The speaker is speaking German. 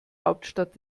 hauptstadt